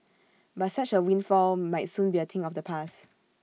but such A windfall might soon be A thing of the past